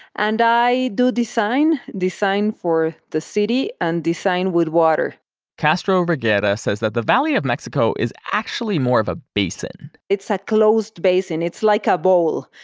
and i do design. design for the city, and design with water castro reguera says that the valley of mexico is actually more of a basin it's a closed basin. it's like a bowl,